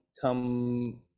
come